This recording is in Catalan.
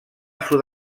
sud